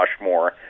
Rushmore